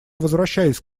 возвращаюсь